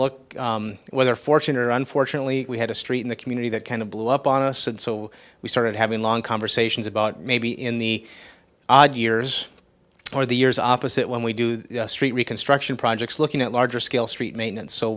look whether fortune or unfortunately we had a street in the community that kind of blew up on us and so we started having long conversations about maybe in the odd years or the years opposite when we do street reconstruction projects looking at larger scale street maintenance so